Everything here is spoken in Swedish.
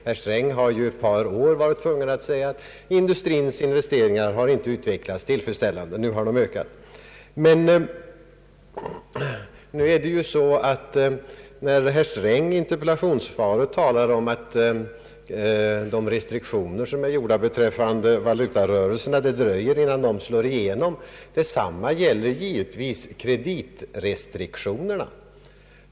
Herr Sträng har ju i ett par år varit tvungen att konstatera att industrins investeringar inte har utvecklats tillfredsställande. Nu har de alltså ökat. Herr Sträng talar i interpellationssvaret om att det dröjer innan de restriktioner som har vidtagits beträffande valutarörelserna slår igenom. Detsamma gäller givetvis kreditrestriktionerna.